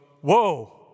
Whoa